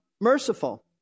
merciful